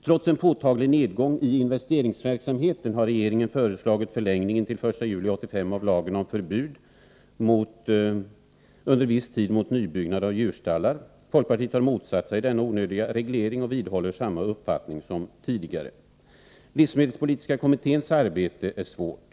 Trots en påtaglig nedgång i investeringsverksamheten har regeringen föreslagit förlängning intill 1 juli 1985 av lagen om förbud under viss tid mot nybyggnad av djurstallar. Folkpartiet har motsatt sig denna onödiga reglering och vidhåller samma uppfattning som tidigare. Livsmedelspolitiska kommitténs arbete är svårt.